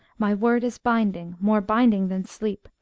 my word is binding, more binding than sleep.